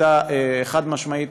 שהייתה חד-משמעית,